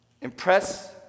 Impress